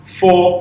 four